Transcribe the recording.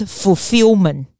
fulfillment，